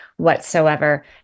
Whatsoever